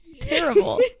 Terrible